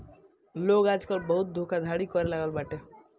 लोग आजकल बहुते धोखाधड़ी करे लागल बाटे